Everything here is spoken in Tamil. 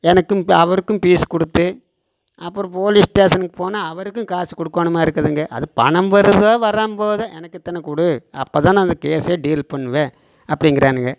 எனக்கும் அவருக்கும் ஃபீஸ் கொடுத்து அப்றம் போலீஸ் ஸ்டேசனுக்கு போனால் அவருக்கும் காசு கொடுக்கோணுமாருக்குதுங்க அது பணம் வருதோ வராமல் போகுதோ எனக்கு இத்தனை கொடு அப்போத்தான் நாங்கள் கேஸே டீல் பண்ணுவேன் அப்படிங்குறானுங்க